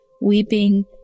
weeping